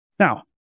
Now